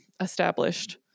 established